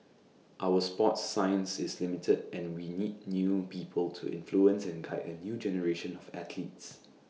our sports science is limited and we need new people to influence and guide A new generation of athletes